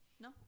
No